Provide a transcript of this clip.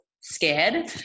scared